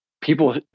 People